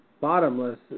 bottomless